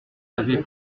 avait